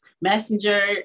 Messenger